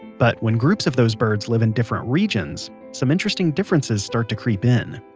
but when groups of those birds live in different regions, some interesting differences start to creep in